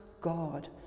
God